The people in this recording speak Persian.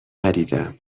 ندیدم